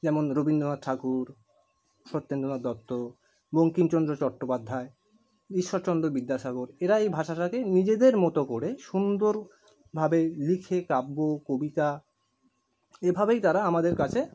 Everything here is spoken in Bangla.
যেমন রবীন্দ্রনাথ ঠাকুর সত্যেন্দ্রনাথ দত্ত বঙ্কিমচন্দ্র চট্টোপাধ্যায় ইশ্বরচন্দ্র বিদ্যাসাগর এরা এই ভাষাটাকে নিজেদের মতো করে সুন্দরভাবে লিখে কাব্য কবিতা এভাবেই তারা আমাদের কাছে